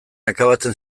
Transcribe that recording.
akabatzen